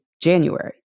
January